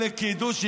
עלק קידוש,